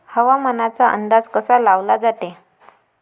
हवामानाचा अंदाज कसा लावला जाते?